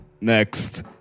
Next